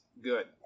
good